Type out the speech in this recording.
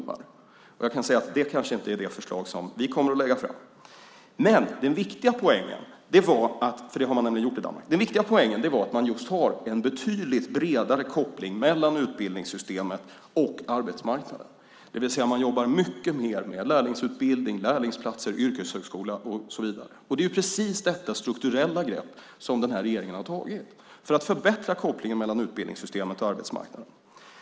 Det har man nämligen gjort i Danmark, och jag kan säga att det kanske inte är det förslaget vi kommer att lägga fram. Men den viktiga poängen var att man just har en betydligt bredare koppling mellan utbildningssystemet och arbetsmarknaden. Man jobbar alltså mycket mer med lärlingsutbildning, lärlingsplatser, yrkeshögskola och så vidare, och det är precis detta strukturella grepp som den här regeringen har tagit för att förbättra kopplingen mellan utbildningssystemet och arbetsmarknaden.